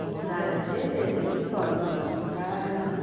कुखुरालाई चैँ त्यसरी गर्नुपर्छ